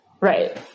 right